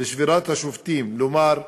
לשבירת השובתים, לומר: